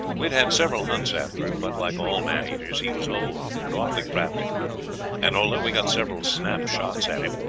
we had had several hunts after him, but, like all man eaters, he was old and awfully crafty and although we got several snap shots at him,